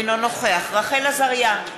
אינו נוכח רחל עזריה,